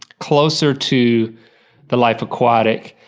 closer to the life aquatic.